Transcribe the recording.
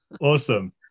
Awesome